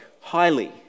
highly